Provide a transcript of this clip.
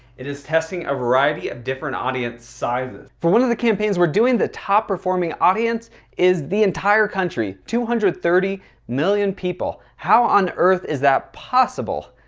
it is testing a variety of different audience sizes. for one of the campaigns. we're doing the top performing audience is the entire country two hundred and thirty million people? how on earth is that possible?